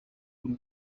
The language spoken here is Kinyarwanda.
w’u